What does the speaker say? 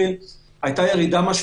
ירידה.